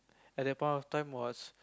at that point of time was